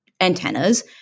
antennas